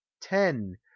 ten